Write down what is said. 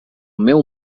meu